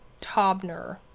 Tobner